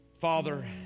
father